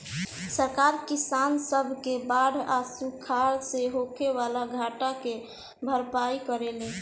सरकार किसान सब के बाढ़ आ सुखाड़ से होखे वाला घाटा के भरपाई करेले